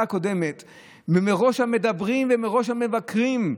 הקודמת ובראש המדברים ובראש המבקרים,